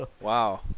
Wow